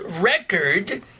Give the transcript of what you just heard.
record